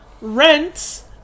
rents